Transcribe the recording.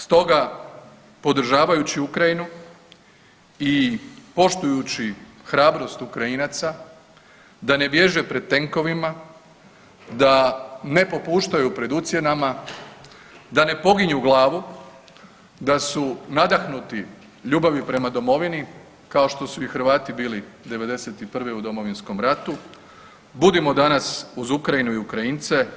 Stoga podržavajući Ukrajinu i poštujući hrabrost Ukrajinaca da ne bježe pred tenkovima, da ne popuštaju pred ucjenama, da ne poginju glavu, da su nadahnuti ljubavi prema domovini, kao što su i Hrvati bili '91. u Domovinskom ratu, budimo danas uz Ukrajinu i Ukrajince.